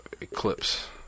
Eclipse